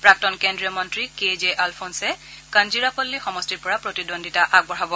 প্ৰাক্তন কেন্দ্ৰীয় মন্ত্ৰী কে জে আলফোলে কঞ্জিৰাপল্পী সমষ্টিৰ পৰা প্ৰতিদ্বন্দ্বিতা কৰিব